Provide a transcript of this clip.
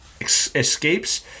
escapes